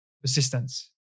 persistence